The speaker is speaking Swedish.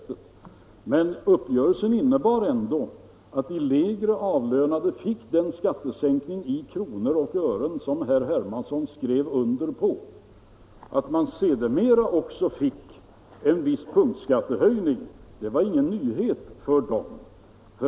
Men uppgörelsen innebar ändå att de lägre avlönade fick den skattesänkning i kronor och ören som herr Hermansson skrev under på. Att man sedermera också fick en viss punktskattehöjning var ingen nyhet för dem.